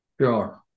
Sure